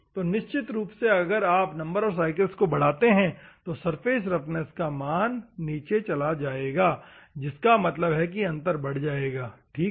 तो निश्चित रूप से अगर आप नंबर और साइकल्स को बढ़ाते हैं तो सरफेस रफनेस का मान नीचे चला जायेगा जिसका मतलब है कि अंतर बढ़ जाएगा ठीक है